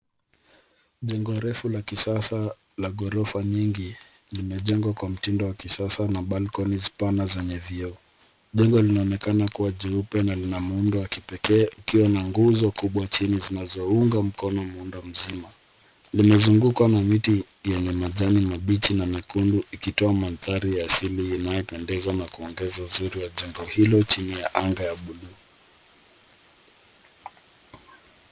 Jengo refu la kisasa la ghorofa nyingi limejengwa kwa mtindo wa kisasa na balconies pana zenye vioo. Jengo linaonekana kuwa jeupe na lina muundo wa kipekee, ikiwa na nguzo kubwa chini zinazounga mkono muundo mzima. Limezungukwa na miti yenye majani mabichi na mekundu ikitoa mandhari ya asili inayopendeza na kuongeza uzuri wa jengo hilo, chini ya anga la buluu.